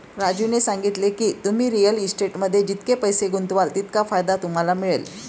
राजूने सांगितले की, तुम्ही रिअल इस्टेटमध्ये जितके पैसे गुंतवाल तितका फायदा तुम्हाला मिळेल